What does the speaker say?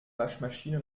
waschmaschine